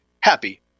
happy